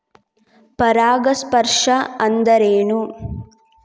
ಪರಾಗಸ್ಪರ್ಶ ಅಂದರೇನು?